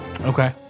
Okay